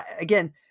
again